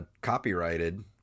copyrighted